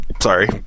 Sorry